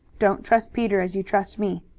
don't trust peter as you trust me.